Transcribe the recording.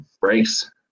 breaks